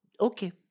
Okay